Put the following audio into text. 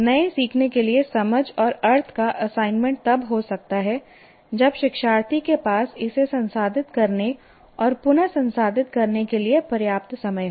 नए सीखने के लिए समझ और अर्थ का असाइनमेंट तब हो सकता है जब शिक्षार्थी के पास इसे संसाधित करने और पुन संसाधित करने के लिए पर्याप्त समय हो